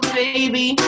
baby